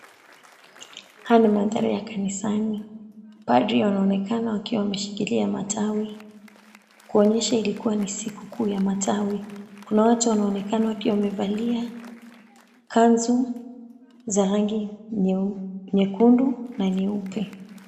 Haya ni mandari ya kanisani. Padri wanaonekana wakiwa wameshikilia matawi kuonyesha ilikuwa na siku kuu ya matawi. Kuna watu wanaonekana wakiwa wamevalia kanzu za rangi nyekundu na nyeupe.